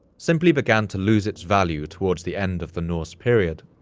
simply began to lose its value towards the end of the norse period.